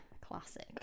classic